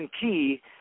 Key